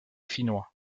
finnois